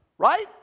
Right